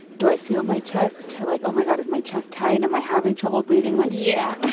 do i feel my chest like, oh, my god, is my chest tight? am i having trouble breathing? like. yeah,